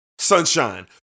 Sunshine